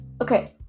okay